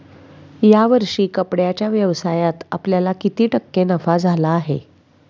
या वर्षी कपड्याच्या व्यवसायात आपल्याला किती टक्के नफा झाला आहे?